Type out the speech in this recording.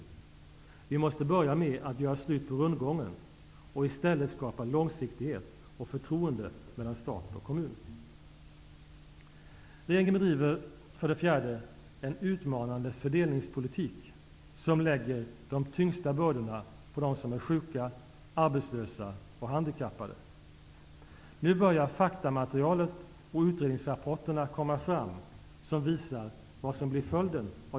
Det är nödvändigt att få till stånd en kraftig expansion i näringslivet. Det är nödvändigt för att klara sysselsättningen, för att få ner budgetunderskottet och för att hävda välfärden. Den i särklass bästa stimulansen för att få i gång tillväxten kommer från en sänkt ränta.